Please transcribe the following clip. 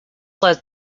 led